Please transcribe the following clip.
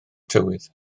tywydd